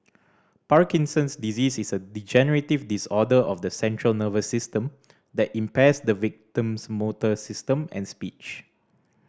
Parkinson's disease is a degenerative disorder of the central nervous system that impairs the victim's motor system and speech